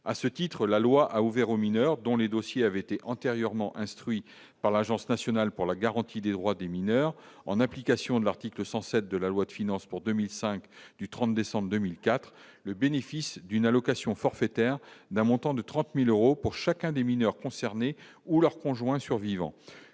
à ce titre, la loi a ouvert aux mineurs dont les dossiers avaient été antérieurement instruit par l'Agence nationale pour la garantie des droits des mineurs en application de l'article 107 de la loi de finances pour 2005, du 30 décembre 2004, le bénéfice d'une allocation forfaitaire d'un montant de 30000 euros pour chacun des mineurs concernés ou leur conjoint survivant